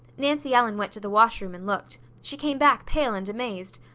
nancy ellen went to the wash room and looked. she came back pale and amazed.